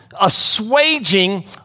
assuaging